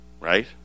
right